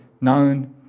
known